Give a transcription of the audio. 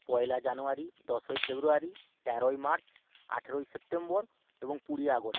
পয়লা জানুয়ারি দশই ফেব্রুয়ারি তেরোই মার্চ আঠেরোই সেপ্টেম্বর এবং কুড়ি আগস্ট